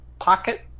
pocket